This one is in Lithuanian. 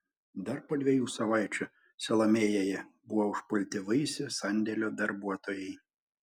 dar po dviejų savaičių silamėjėje buvo užpulti vaisių sandėlio darbuotojai